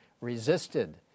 resisted